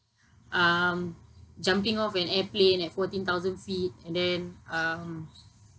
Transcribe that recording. um jumping off an airplane at fourteen thousand feet and then um